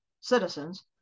citizens